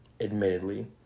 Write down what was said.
admittedly